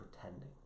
pretending